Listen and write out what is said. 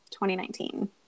2019